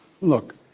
Look